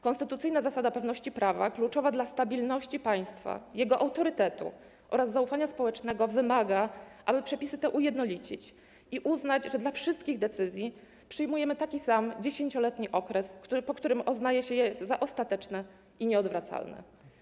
Konstytucyjna zasada pewności prawa, kluczowa dla stabilności państwa, jego autorytetu oraz zaufania społecznego, wymaga, aby przepisy te ujednolicić i uznać, że dla wszystkich decyzji przyjmujemy taki sam, 10-letni okres, po którym uznaje się je za ostateczne i nieodwracalne.